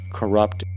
corrupt